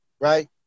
Right